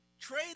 trade